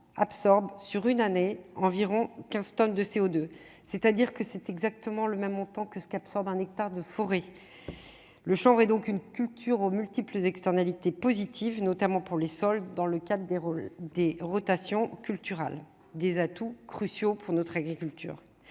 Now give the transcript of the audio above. absorbe sur une année environ 15 tonnes de CO2, c'est-à-dire que c'est exactement le même montant que ce absorbe un hectare de forêt le chanvre et donc une culture aux multiples externalités positives, notamment pour les soldes dans le cadre des rôles des rotations culturales, des atouts cruciaux pour notre agriculture,